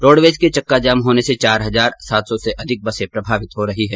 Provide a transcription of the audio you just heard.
roadways के चक्का जाम होने से चार हजार सात सौ से अधिक बसे प्रभावित हो रही है